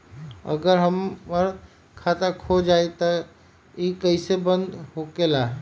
अगर हमर कार्ड खो जाई त इ कईसे बंद होकेला?